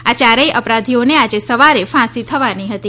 આ ચારેથ અપરાધીઓને આજે સવારે ફાંસી થવાની હતી